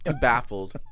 baffled